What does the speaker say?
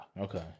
Okay